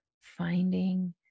finding